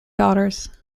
daughters